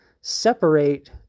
separate